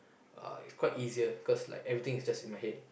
uh is quite easier cause like everything is just in my head